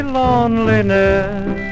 loneliness